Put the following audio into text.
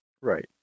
Right